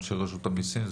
אנשי רשות המיסים.